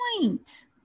point